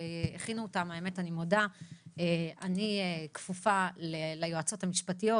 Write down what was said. שאני מודה שאני כפופה ליועצות המשפטיות.